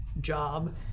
job